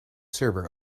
server